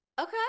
Okay